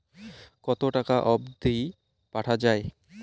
কতো টাকা অবধি পাঠা য়ায়?